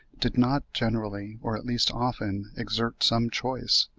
did not generally, or at least often, exert some choice.